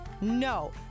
No